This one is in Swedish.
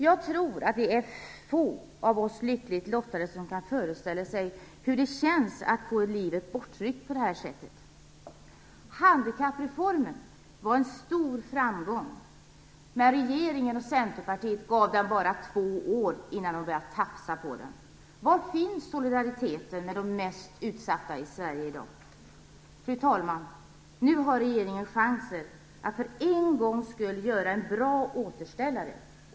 Jag tror att det är få av oss lyckligt lottade som kan föreställa sig hur det känns att få livet bortryckt på det här sättet. Handikappreformen var en stor framgång. Men regeringen och Centerpartiet gav den bara två år innan de började tafsa på den. Var finns solidariteten med de mest utsatta i Sverige i dag? Fru talman! Nu har regeringen chansen att för en gångs skull göra en bra återställare.